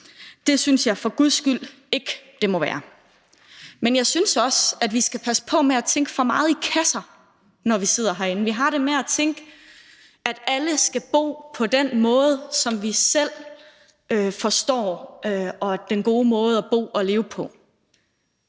Det synes jeg for guds skyld ikke der må være tale om. Men jeg synes også, at vi skal passe på med at tænke for meget i kasser, når vi sidder herinde. Vi har det med at tænke, at alle skal bo på den måde, som vi selv forstår som den gode måde at bo og leve på.